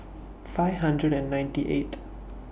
five hundred and ninety eighth